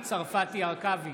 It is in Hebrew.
הרכבי,